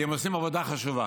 כי הם עושים עבודה חשובה,